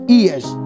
ears